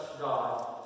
God